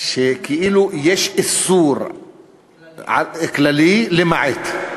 שכאילו יש איסור כללי, למעט.